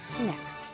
next